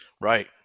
Right